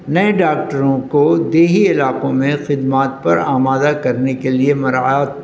نئے ڈاکٹروں کو دیہی علاقوں میں خدمات پر آمادہ کرنے کے لیے مراعات